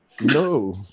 No